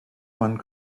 one